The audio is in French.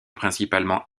principalement